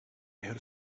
heard